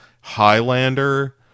Highlander